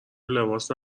لباس